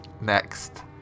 next